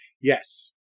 Yes